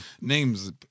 Names